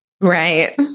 Right